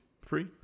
free